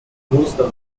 kloster